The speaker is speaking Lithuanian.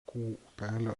upelio